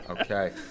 Okay